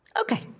Okay